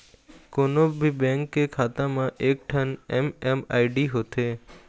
कोनो भी बेंक के खाता म एकठन एम.एम.आई.डी होथे